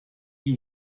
you